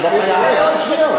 יש לי עוד 17 שניות.